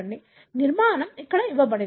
నిర్మాణం ఇక్కడ ఇవ్వబడింది